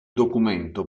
documento